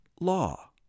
law